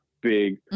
big